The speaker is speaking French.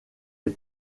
est